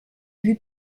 vue